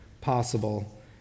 possible